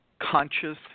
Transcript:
conscious